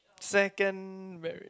second marriage